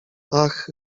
ach